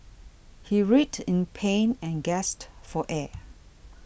he writhed in pain and gasped for air